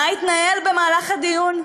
מה התנהל במהלך הדיון,